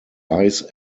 ice